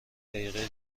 دقیقه